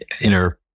inner